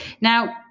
now